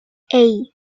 hey